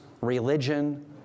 religion